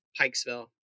Pikesville